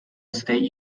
state